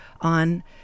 on